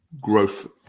Growth